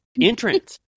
entrance